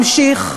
אבל יש לך ממשיך.